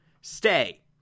stay